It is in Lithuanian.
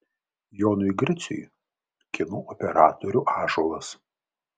jonui griciui kino operatorių ąžuolas